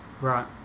right